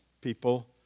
people